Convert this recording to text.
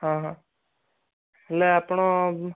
ହଁ ହଁ ହେଲେ ଆପଣ